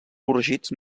corregits